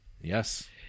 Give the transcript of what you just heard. Yes